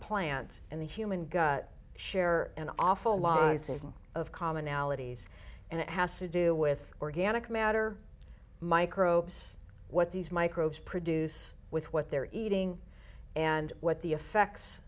plant in the human gut share an awful lot of commonalities and it has to do with organic matter microbes what these microbes produce with what they're eating and what the effects